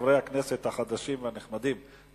חברי הכנסת החדשים והנחמדים,